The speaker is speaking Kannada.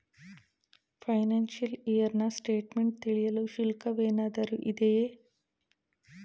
ಫೈನಾಶಿಯಲ್ ಇಯರ್ ನ ಸ್ಟೇಟ್ಮೆಂಟ್ ತಿಳಿಯಲು ಶುಲ್ಕವೇನಾದರೂ ಇದೆಯೇ?